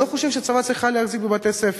אני לא חושב שהצבא צריך להחזיק בבתי-ספר.